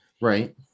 right